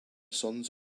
sons